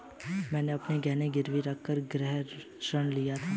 मैंने अपने गहने गिरवी रखकर गृह ऋण लिया था